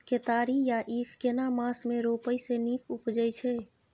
केतारी या ईख केना मास में रोपय से नीक उपजय छै?